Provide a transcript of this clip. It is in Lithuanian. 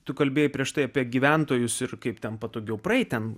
tu kalbėjai prieš tai apie gyventojus ir kaip ten patogiau praeiti ten